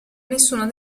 nessuno